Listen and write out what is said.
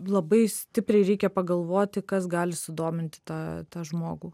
labai stipriai reikia pagalvoti kas gali sudominti tą žmogų